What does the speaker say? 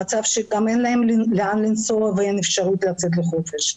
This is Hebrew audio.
היום המטפלות במצב שגם אין להן לאן לנסוע ואין להן אפשרות לצאת לחופש.